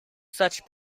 such